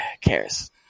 cares